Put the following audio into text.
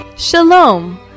Shalom